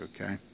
okay